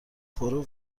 پرو